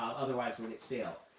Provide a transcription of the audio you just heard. otherwise we'll get stale.